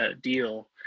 deal